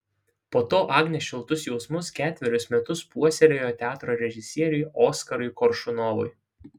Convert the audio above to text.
po to agnė šiltus jausmus ketverius metus puoselėjo teatro režisieriui oskarui koršunovui